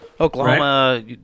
Oklahoma